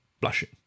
blushing